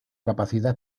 capacidad